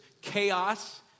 chaos